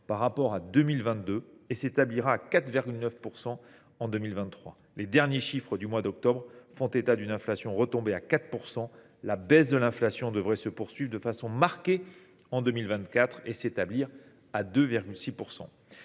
par rapport à 2022, pour s’établir à 4,9 % en 2023. Les derniers chiffres du mois d’octobre font état d’une inflation retombée à 4 %. La baisse de l’inflation devrait se poursuivre de façon marquée en 2024 : elle ne